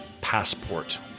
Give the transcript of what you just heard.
Passport